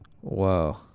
Whoa